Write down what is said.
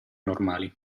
normali